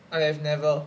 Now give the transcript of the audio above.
I have never